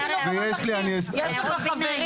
יש לך חברים.